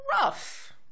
rough